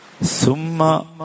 Summa